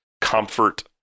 comfort